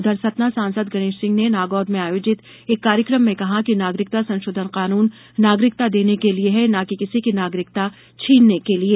उधर सतना सांसद गणेश सिंह ने नागोद में आयोजित एक कार्यक्रम में कहा कि नागरिकता संशोधन कानून नागरिकता देने के लिये है ना की किसी की नागरिकता छीनने के लिये